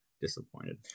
disappointed